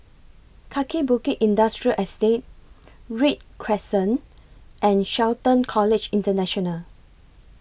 Kaki Bukit Industrial Estate Read Crescent and Shelton College International